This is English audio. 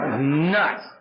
nuts